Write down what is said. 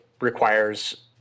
requires